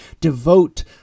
devote